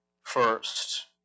first